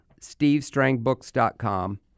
SteveStrangBooks.com